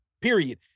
period